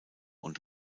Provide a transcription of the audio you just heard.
und